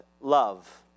love